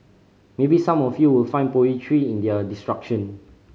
maybe some of you will find poetry in their destruction